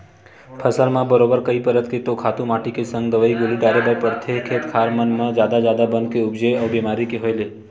फसल म बरोबर कई परत के तो खातू माटी के संग दवई गोली डारे बर परथे, खेत खार मन म जादा जादा बन के उपजे अउ बेमारी के होय ले